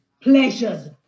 pleasures